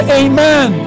amen